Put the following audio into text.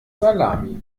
salami